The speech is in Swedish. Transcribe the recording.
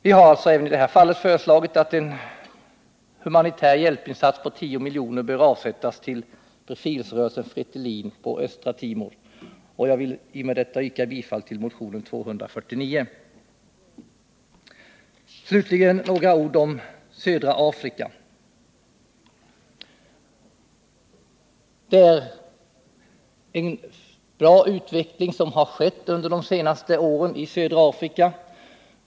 Vi har alltså föreslagit att 10 milj.kr. skall avsättas för en humanitär hjälpinsats till befrielserörelsen Fretilin på Östra Timor, och jag vill yrka bifall till motionen 249. Slutligen några ord om södra Afrika. Det är en bra utveckling som har skett under de senaste åren i södra Afrika.